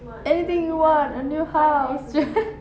anything you want a new house